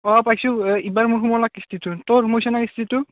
অ' পাইছোঁ এবাৰ মোৰ সোমোলাক কিস্তিটো তোৰ সোমাইছে না কিস্তিটো